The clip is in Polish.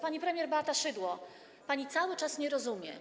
Pani premier Beato Szydło, pani cały czas nie rozumie.